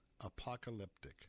Apocalyptic